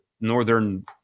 Northern